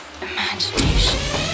Imagination